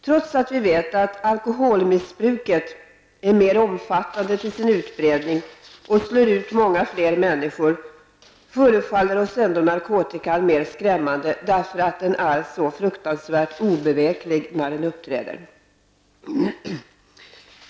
Trots att vi vet att alkoholmissbruket är mer omfattande till sin utbredning och slår ut många fler människor, förefaller oss ändå narkotikan mer skrämmande därför att den är så fruktansvärt obeveklig när den uppträder.